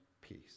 peace